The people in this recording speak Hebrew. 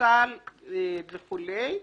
יפוצל וכו',